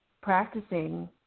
practicing